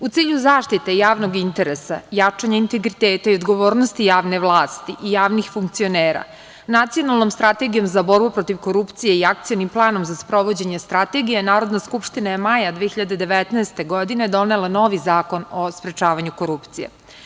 U cilju zaštite javnog interesa, jačanja integriteta i odgovornosti javne vlasti i javnih funkcionera Nacionalnom strategijom za borbu protiv korupcije i Akcionim planom za sprovođenje strategije, Narodna skupština je maja 2019. godine donela novi Zakon o sprečavanju korupcije.